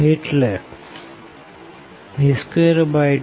એટલે a22